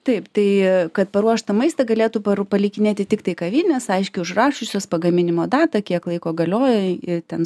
taip tai kad paruoštą maistą galėtų palikinėti tiktai kavinės aiškiai užrašiusios pagaminimo datą kiek laiko galioja ir ten